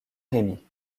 rémi